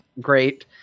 Great